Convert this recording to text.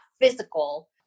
physical